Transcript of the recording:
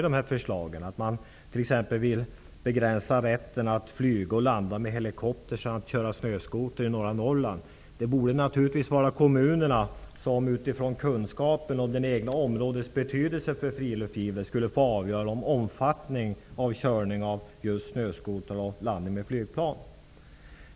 Man vill t.ex. begränsa rätten att flyga och landa med helikopter samt köra snöskoter i norra Norrland. Det borde naturligtvis vara kommunerna som, utifrån kunskapen om det egna områdets betydelse för friluftslivet, skulle få avgöra omfattningen av körning med snöskoter och landning med flygplan.